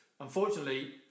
unfortunately